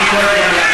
אני קורא גם אותך